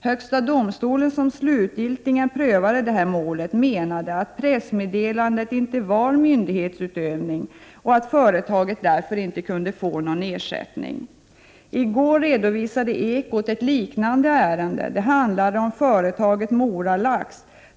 Högsta domstolen, som slutgiltigt prövade målet, menade att pressmeddelandet inte var myndighetsutövning och att företaget därför inte kunde få någon ersättning. I går redovisade Ekot ett liknande ärende, som handlade om företaget Mora-lax.